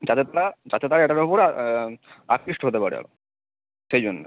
যাতে তারা যাতে তারা এটার ওপরে আকৃষ্ট হতে পারে সেই জন্যে